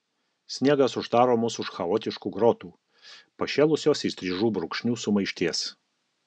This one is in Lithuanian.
sniegas uždaro mus už chaotiškų grotų pašėlusios įstrižų brūkšnių sumaišties